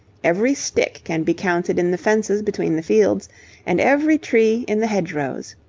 every stick can be counted in the fences between the fields and every tree in the hedge-rows.